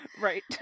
Right